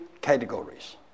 categories